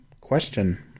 question